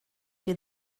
you